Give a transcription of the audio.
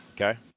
Okay